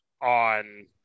on